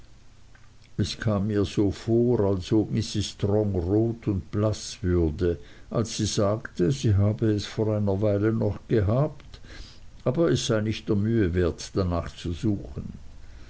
es kam mir vor als ob mrs strong rot und blaß würde als sie sagte sie habe es vor einer weile noch gehabt aber es sei nicht der mühe wert danach zu suchen